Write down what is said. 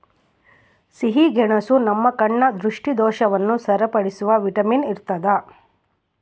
ಸಿಹಿಗೆಣಸು ನಮ್ಮ ಕಣ್ಣ ದೃಷ್ಟಿದೋಷವನ್ನು ಸರಿಪಡಿಸುವ ವಿಟಮಿನ್ ಇರ್ತಾದ